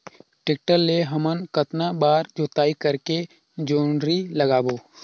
Tractor ले हमन कतना बार जोताई करेके जोंदरी लगाबो?